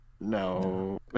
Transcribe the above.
No